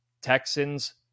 Texans